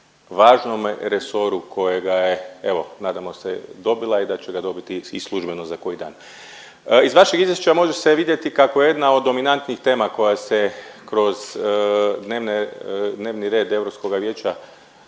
važnome resoru kojega je evo nadamo se dobila i da će ga dobiti i službeno za koji dan. Iz vašeg izvješća može se vidjeti kako je jedna od dominantnih tema koja se kroz dnevne, dnevni red Europskoga vijeća